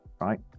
right